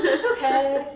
okay.